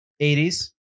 80s